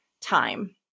time